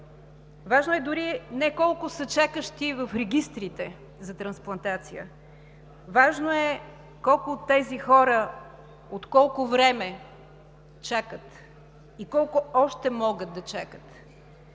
Важно е дори не колко са чакащите в регистрите за трансплантация, важно е колко от тези хора от колко време чакат и колко още могат да чакат,